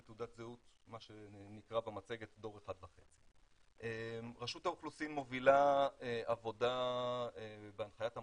מה שנקרא במצגת דור 1.5. רשות האוכלוסין מובילה עבודה בהנחיית המנכ"ל,